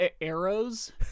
arrows